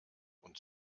und